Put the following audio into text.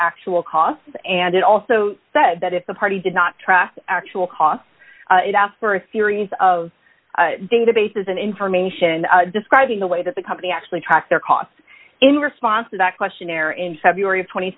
actual costs and it also said that if the party did not track actual costs for a series of databases and information describing the way that the company actually tracked their costs in response to that questionnaire in february t